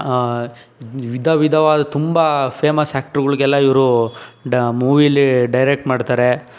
ವಿಧವಿಧವಾದ ತುಂಬ ಫೇಮಸ್ ಆಕ್ಟ್ರುಗಳಿಗೆಲ್ಲ ಇವರು ಡ ಮೂವಿಲಿ ಡೈರೆಕ್ಟ್ ಮಾಡ್ತಾರೆ